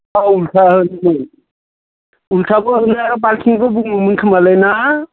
औ उल्था होनो उल्थाबो होनो बाल्टिंबो बुङोमोन खोमालै ना